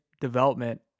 development